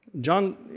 John